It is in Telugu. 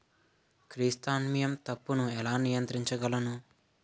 క్రిసాన్తిమం తప్పును ఎలా నియంత్రించగలను?